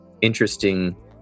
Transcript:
interesting